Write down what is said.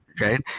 right